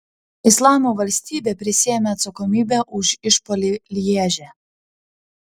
islamo valstybė prisiėmė atsakomybę už išpuolį lježe